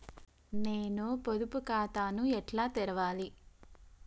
నేను పొదుపు ఖాతాను ఎట్లా తెరవాలి?